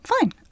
fine